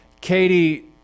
Katie